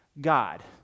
God